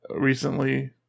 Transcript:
recently